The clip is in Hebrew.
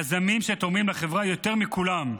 יזמים שתורמים לחברה יותר מכולם,